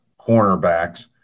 cornerbacks